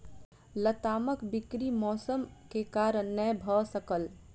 लतामक बिक्री मौसम के कारण नै भअ सकल